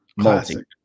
Classic